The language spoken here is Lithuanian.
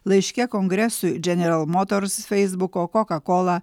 laiške kongresui dženeral motors feisbuko kokakola